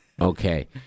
Okay